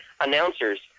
announcers